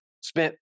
spent